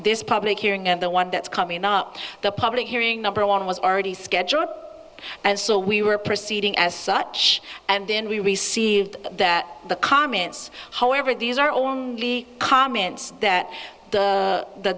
this public hearing and the one that's coming up the public hearing number one was already scheduled and so we were proceeding as such and then we received that the comments however these our own comments that the